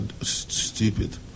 Stupid